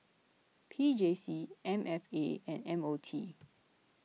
P J C M F A and M O T